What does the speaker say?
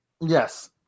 Yes